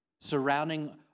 Surrounding